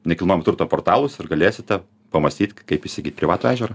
nekilnojamo turto portalus ir galėsite pamąstyt kaip įsigyt privatų ežerą